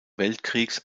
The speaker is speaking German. weltkriegs